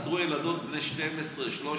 עצרו ילדות בנות 13-12,